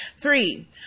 Three